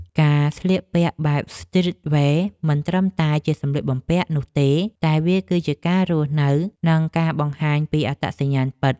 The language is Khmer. ការស្លៀកពាក់បែបស្ទ្រីតវែរមិនត្រឹមតែជាសម្លៀកបំពាក់នោះទេ តែវាគឺជាការរស់នៅនិងការបង្ហាញពីអត្តសញ្ញាណពិត។